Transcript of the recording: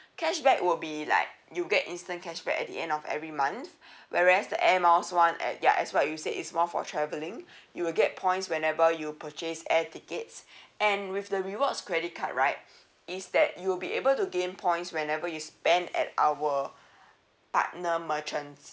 cashback will be like you get instant cashback at the end of every month whereas the air miles [one] at ya as what you said is more for travelling you will get points whenever you purchase air tickets and with the rewards credit card right is that you'll be able to gain points whenever you spend at our partner merchants